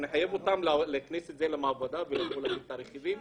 אותם להכניס אותם למעבדה ולהגיד את הרכיבים,